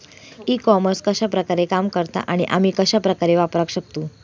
E commerce कश्या प्रकारे काम करता आणि आमी कश्या प्रकारे वापराक शकतू?